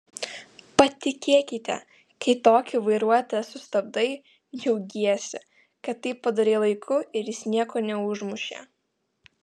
patikėkite kai tokį vairuotoją sustabdai džiaugiesi kad tai padarei laiku ir jis nieko neužmušė